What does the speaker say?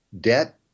debt